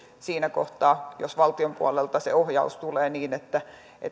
siinä kohtaa jos valtion puolelta se ohjaus tulee niin että